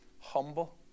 humble